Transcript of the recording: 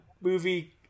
movie